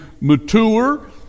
mature